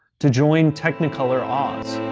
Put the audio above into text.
to join technicolor oz.